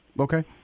okay